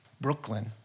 Brooklyn